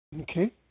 okay